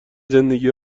زندگی